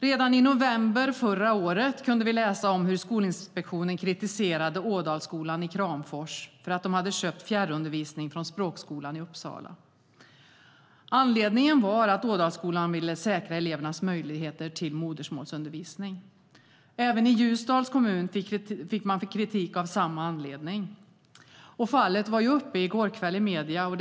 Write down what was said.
Redan i november förra året kunde vi läsa om hur Skolinspektionen kritiserade Ådalsskolan i Kramfors för att de hade köpt fjärrundervisning från Språkskolan i Uppsala. Anledningen var att Ådalsskolan ville säkra elevernas möjligheter till modersmålsundervisning. Även i Ljusdals kommun fick man kritik av samma anledning. Fallet var uppe i går kväll i medierna.